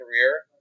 career